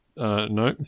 No